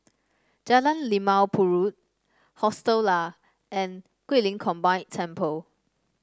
Jalan Limau Purut Hostel Lah and Guilin Combined Temple